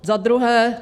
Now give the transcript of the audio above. Za druhé.